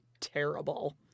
terrible